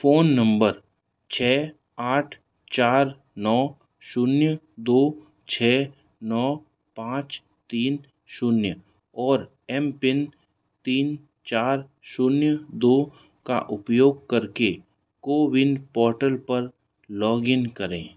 phone number छः आठ चार नौ शून्य दो छः नौ पाँच तीन शून्य और एमपिन तीन चार शून्य दो का उपयोग करके कोविन पोर्टल पर लॉगिन करें